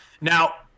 Now